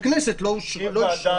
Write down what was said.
הכנסת לא אישרה.